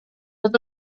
tots